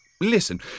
Listen